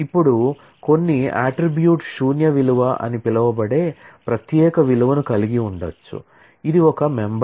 ఇప్పుడు కొన్ని అట్ట్రిబ్యూట్ శూన్య విలువ అని పిలువబడే ప్రత్యేక విలువను కలిగి ఉండవచ్చు ఇది ఒక మెంబర్